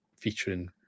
featuring